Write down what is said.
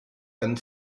and